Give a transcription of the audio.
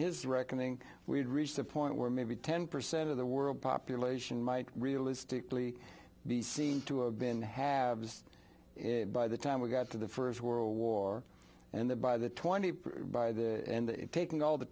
his reckoning we'd reached the point where maybe ten percent of the world population might realistically be seen to have been have by the time we got to the first world war and the by the twenty by the taking all the